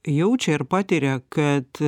jaučia ir patiria kad